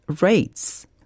rates